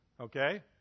Okay